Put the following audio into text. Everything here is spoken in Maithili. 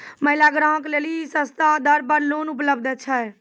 महिला ग्राहक लेली सस्ता दर पर लोन उपलब्ध छै?